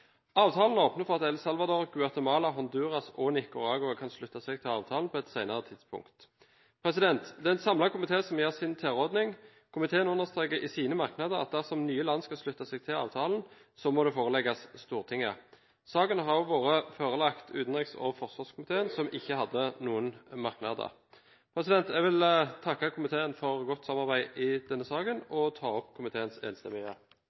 Avtalen åpner for at El Salvador, Guatemala, Honduras og Nicaragua kan slutte seg til avtalen på et senere tidspunkt. Det er en samlet komité som gir sin tilråding. Komiteen understreker i sine merknader at dersom nye land skal slutte seg til avtalen, må det forelegges Stortinget. Saken har også vært forelagt utenriks- og forsvarskomiteen, som ikke hadde noen merknader. Jeg vil takke komiteen for godt samarbeid i denne saken, og anbefaler herved komiteens enstemmige